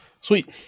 sweet